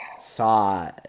saw